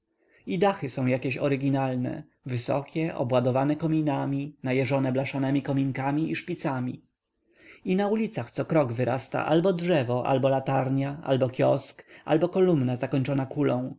i dachy są jakieś oryginalne wysokie obładowane kominami najeżone blaszanemi kominkami i szpicami i na ulicach cokrok wyrasta albo drzewo albo latarnia albo kiosk albo kolumna zakończona